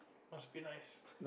must be nice